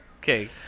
Okay